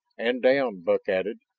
and down, buck added.